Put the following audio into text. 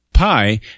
Pi